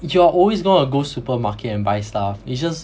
you are always gonna go supermarket and buy stuff it's just